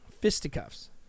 Fisticuffs